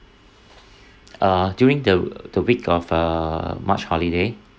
uh during the the week of err march holiday